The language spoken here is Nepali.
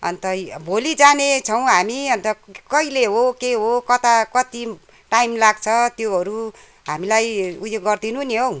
अन्त भोलि जानेछौँ हामी अन्त कहिले हो के हो कता कति टाइम लाग्छ त्योहरू हामीलाई उयो गरिदिनु नि हौ